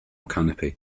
canopy